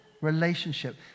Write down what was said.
relationship